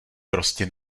prostě